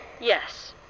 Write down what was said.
Yes